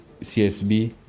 CSB